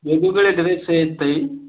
वेगवेगळ्या तऱ्हेच आहेत ताई